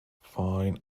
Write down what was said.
fine